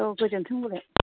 औ गोजोनथों होनबालाय